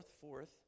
forth